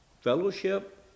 fellowship